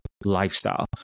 lifestyle